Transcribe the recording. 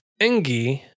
Engi